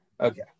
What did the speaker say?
Okay